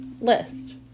list